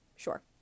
Sure